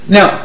Now